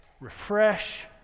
refresh